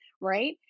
right